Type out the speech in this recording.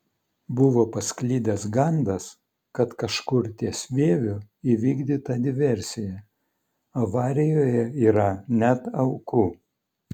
buvo pasklidęs gandas kad kažkur ties vieviu įvykdyta diversija avarijoje yra net aukų